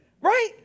right